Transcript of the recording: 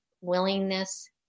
willingness